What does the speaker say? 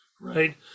right